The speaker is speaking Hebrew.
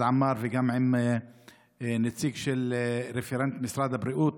עמאר וגם עם נציג של רפרנט משרד הבריאות